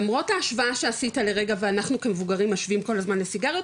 למרות ההשוואה שעשית לרגע ואנחנו כמבוגרים משווים כל הזמן לסיגריות,